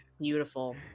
Beautiful